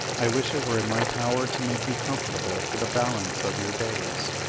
i wish it were in my power to make you comfortable for the balance of your days.